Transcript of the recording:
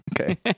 Okay